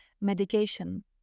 medication